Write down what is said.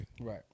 Right